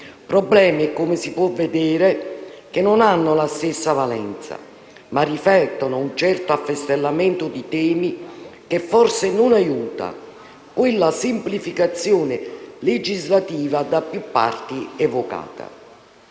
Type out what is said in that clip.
problemi che, come si può vedere, non hanno la stessa valenza, ma riflettono un certo affastellamento di temi che forse non aiuta quella semplificazione legislativa da più parti evocata.